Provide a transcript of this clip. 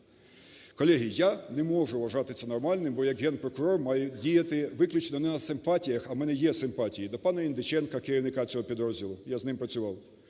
Колеги, я не можу вважати це нормальним, бо як Генпрокурор маю діяти виключно не на симпатіях, а в мене є симпатії до пана Індиченка, керівника цього підрозділу, я з ним працював,